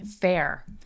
fair